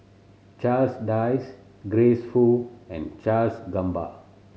Charles Dyce Grace Fu and Charles Gamba